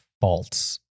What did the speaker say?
faults